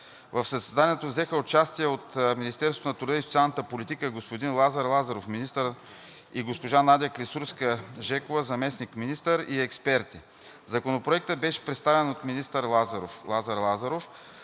В заседанието взеха участие от Министерството на труда и социалната политика: господин Лазар Лазаров – министър, и госпожа Надя Клисурска-Жекова – заместник-министър, и експерти. Законопроектът беше представен от министър Лазар Лазаров.